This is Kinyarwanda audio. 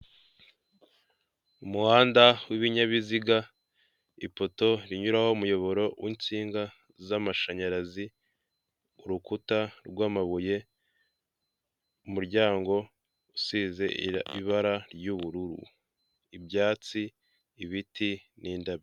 umuhanda w'ibinyabiziga, ipoto rinyuraho umuyoboro w'insinga z'amashanyarazi urukuta rw'amabuye, umuryango usize ibara ry'ubururu ,ibyatsi ibiti n'indabyo.